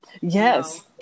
Yes